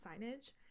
signage